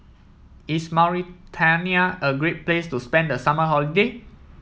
is Mauritania a great place to spend the summer holiday